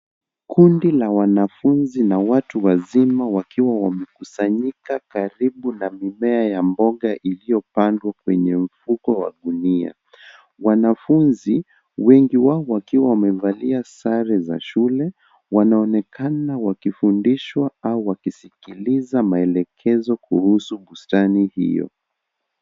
Kundi la wanafunzi na watu wazima wakiwa wamekusanyika karibu na mimea ya mboga iliyopandwa kwenye mfuko wa gunia. Wanafunzi, wengi wao wakiwa wamevalia sare za shule, wanaonekana wakifundishwa au wakisikiliza maelekezo kuhusu bustani hiyo.